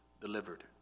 delivered